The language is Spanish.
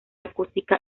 acústica